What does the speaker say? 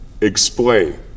explain